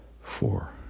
Four